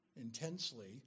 intensely